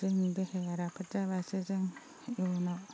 जोंनि देहाया राफोद जाब्लासो जों इयुनाव